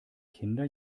kinder